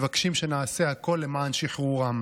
מבקשים שנעשה הכול למען שחרורם.